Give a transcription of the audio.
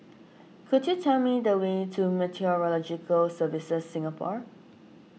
could you tell me the way to Meteorological Services Singapore